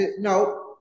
no